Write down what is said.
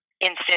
instant